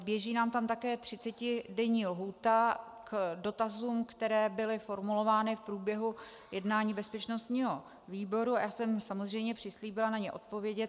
Běží nám tam také 30denní lhůta k dotazům, které byly formulovány v průběhu jednání bezpečnostního výboru, a já jsem samozřejmě přislíbila na ně odpovědět.